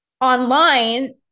online